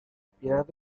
piedad